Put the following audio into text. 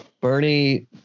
Bernie